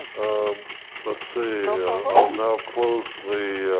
ah let's see, um i'll now close the,